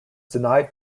denied